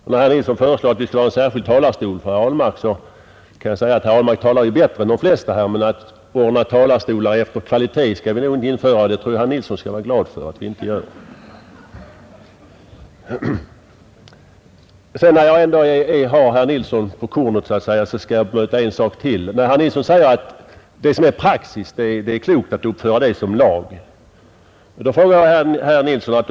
När herr Nilsson föreslår att vi skulle ha en särskild talarstol för herr Ahlmark, kan jag säga att herr Ahlmark ju talar bättre än de flesta. Men vi skall nog inte anordna talarstolar efter kvaliteten på anförandena, och det tror jag att herr Nilsson skall vara glad för. När jag nu har herr Nilsson på kornet så att säga, skall jag bemöta en sak till. Herr Nilsson säger att det är klokt att till lag upphöja det som är praxis.